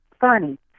funny